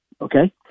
okay